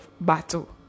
battle